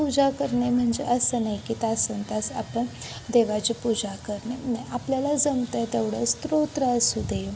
पूजा करणे म्हणजे असं नाही की तासंतास आपण देवाची पूजा करणे आपल्याला जमतं आहे तेवढं स्त्रोत्र असू दे